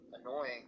annoying